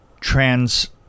Trans